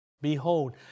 behold